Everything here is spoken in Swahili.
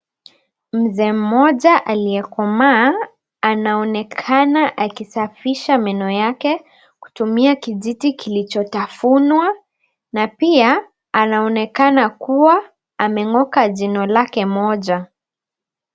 Mzee mmoja aliyekomaa anaonekana akisafisha meno yake kutumia kijiti kilichotafunwa na pia anaonekana kuwa ameng'oka jino lake moja.